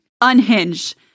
unhinged